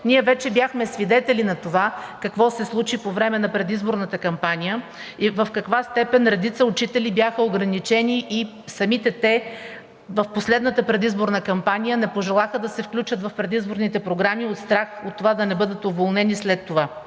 Ние вече бяхме свидетели на това какво се случи по време на предизборната кампания и в каква степен редица учители бяха ограничени. Самите те в последната предизборна кампания не пожелаха да се включат в предизборните програми от страх да не бъдат уволнени след това,